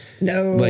No